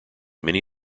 many